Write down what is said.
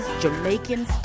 Jamaican